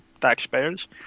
taxpayers